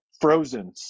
frozen